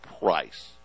price